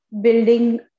building